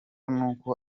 nuko